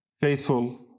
faithful